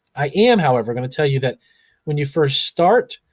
i am, however, gonna tell you that when you first start,